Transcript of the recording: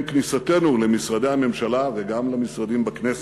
עם כניסתנו למשרדי הממשלה וגם למשרדים בכנסת,